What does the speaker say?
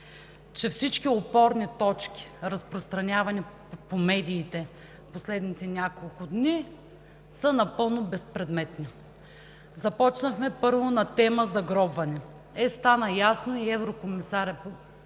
че всички опорни точки, разпространявани по медиите в последните няколко дни, са напълно безпредметни. Започнахме първо на тема „загробване“. Е, стана ясно и еврокомисарят по